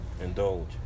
indulge